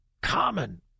common